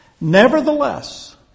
Nevertheless